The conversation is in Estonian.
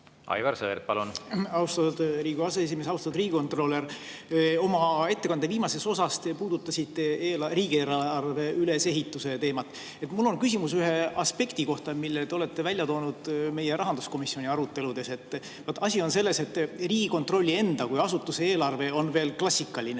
aseesimees! Austatud riigikontrolör! Oma ettekande viimases osas te puudutasite riigieelarve ülesehituse teemat. Mul on küsimus ühe aspekti kohta, mille te olete välja toonud meie rahanduskomisjoni aruteludes. Asi on selles, et Riigikontrolli enda kui asutuse eelarve on veel klassikaline,